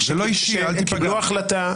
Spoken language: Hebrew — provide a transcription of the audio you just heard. הם קיבלו החלטה.